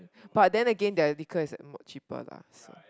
but then again the vehicle is more cheaper lah so